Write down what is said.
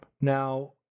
Now